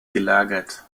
gelagert